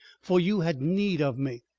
for you had need of me.